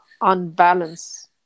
unbalanced